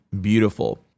beautiful